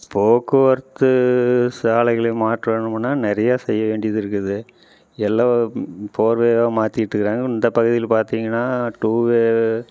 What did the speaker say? போக்குவரத்து சாலைகளை மாற்றணும்னா நிறையா செய்ய வேண்டியது இருக்குது எல்லா ஃபோர் வேயாக மாற்றிகிட்டு இருக்குறாங்க இந்த பகுதியில் பார்த்திங்னா டூவே